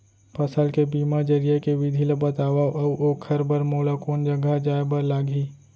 फसल के बीमा जरिए के विधि ला बतावव अऊ ओखर बर मोला कोन जगह जाए बर लागही?